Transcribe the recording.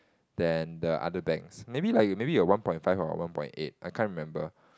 than the other banks maybe like maybe you'll have one point five or one point eight I can't remember